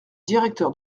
directeur